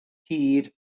hud